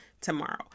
tomorrow